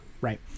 right